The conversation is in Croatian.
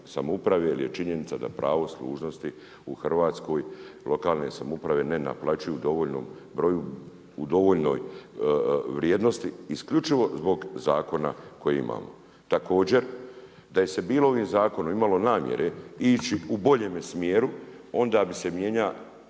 samouprave jer je činjenica da pravo služnosti u Hrvatskoj lokalne samouprave ne naplaćuju u dovoljnom broju, u dovoljnoj vrijednosti isključivo zbog zakona koji imamo. Također da se je bilo ovim zakonom, imalo namjere ići u boljemu smjeru onda bi se mijenjao